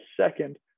second